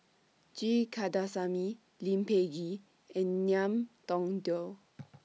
G Kandasamy Lee Peh Gee and Ngiam Tong Dow